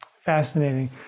Fascinating